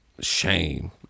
shame